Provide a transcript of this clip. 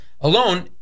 alone